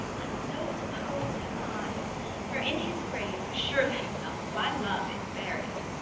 and so suppose am i for in his grave assure thyself my love is buried.